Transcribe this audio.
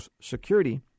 Security